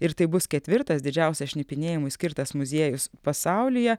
ir tai bus ketvirtas didžiausias šnipinėjimui skirtas muziejus pasaulyje